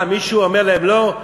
מה, מישהו אומר להם: לא?